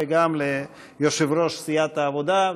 וגם ליושב-ראש סיעת העבודה,